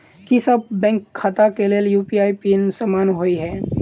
की सभ बैंक खाता केँ लेल यु.पी.आई पिन समान होइ है?